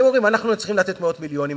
אתם אומרים: אנחנו צריכים לתת מאות מיליונים,